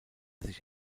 sich